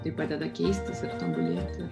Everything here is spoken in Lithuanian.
tai padeda keistis ir tobulėti